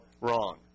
Wrong